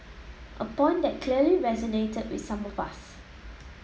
a point that clearly resonated with some of us